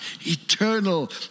eternal